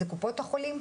זה קופות החולים,